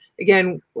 again